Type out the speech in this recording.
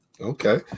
Okay